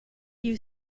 you